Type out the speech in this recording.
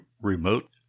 remote